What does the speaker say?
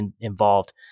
involved